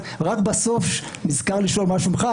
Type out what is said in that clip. רק בסוף הוא נזכר לשאול מה שמך,